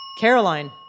Caroline